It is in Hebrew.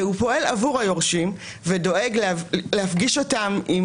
פועל עבור היורשים ודואג להפגיש אותם עם